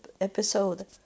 episode